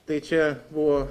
tai čia buvo